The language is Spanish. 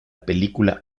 película